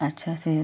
अच्छे से